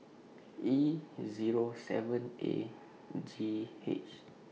E Zero seven A G H